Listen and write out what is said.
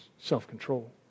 self-control